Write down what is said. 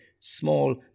small